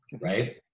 Right